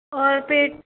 और फिर